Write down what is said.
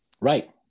Right